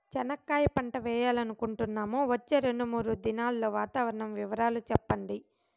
చెనక్కాయ పంట వేయాలనుకుంటున్నాము, వచ్చే రెండు, మూడు దినాల్లో వాతావరణం వివరాలు చెప్పండి?